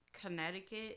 Connecticut